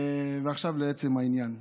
עכשיו לעצם העניין.